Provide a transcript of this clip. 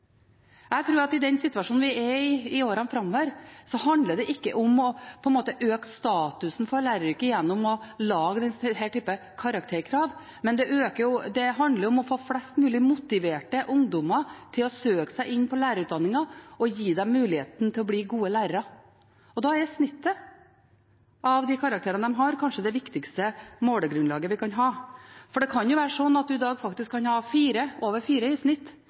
Jeg tror at i den situasjonen vi er i årene framover, handler det ikke om å øke statusen på læreryrket gjennom å lage denne typen karakterkrav, men det handler om å få flest mulig motiverte ungdommer til å søke seg inn på lærerutdanningen og gi dem mulighet til å bli gode lærere. Da er gjennomsnittet av karakterene kanskje det viktigste målegrunnlaget vi kan ha, for i dag kan det være slik at en faktisk kan ha over 4 i snitt,